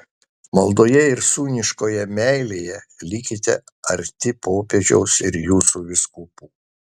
maldoje ir sūniškoje meilėje likite arti popiežiaus ir jūsų vyskupų